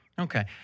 Okay